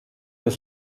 des